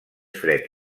fred